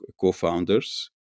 co-founders